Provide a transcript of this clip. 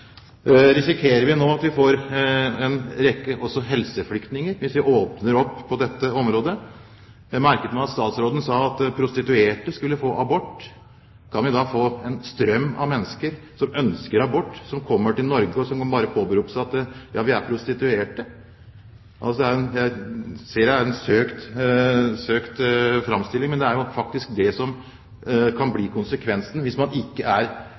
Risikerer vi nå at vi får en rekke helseflyktninger hvis vi åpner opp på dette området? Jeg merket meg at statsråden sa at prostituerte skulle kunne få abort. Kan vi da få en strøm av mennesker til Norge som ønsker abort, ved bare å påberope seg at man er prostituert? Jeg ser at det er en søkt framstilling, men det er jo faktisk det som kan bli konsekvensen hvis man ikke er